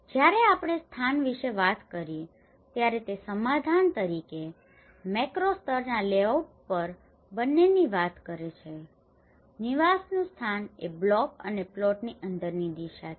જ્યારે આપણે સ્થાન વિશે વાત કરીએ ત્યારે તે સમાધાન તરીકે મેક્રો સ્તરના લેઆઉટ પર બંનેની વાત કરે છે નિવાસનું સ્થાન એ બ્લોક અને પ્લોટની અંદરની દિશા છે